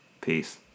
Peace